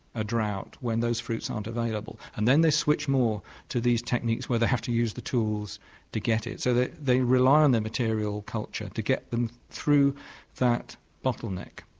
a drought when those fruits aren't available, and then they switch more to these techniques where they have to use the tools to get it. so they they rely on their material culture to get them through that bottleneck.